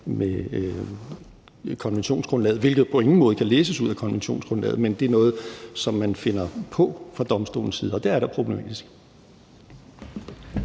med konventionsgrundlaget, hvilket på ingen måde kan læses ud af konventionsgrundlaget, men var noget, som man fandt på fra domstolens side. Og det er da problematisk.